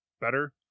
better